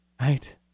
right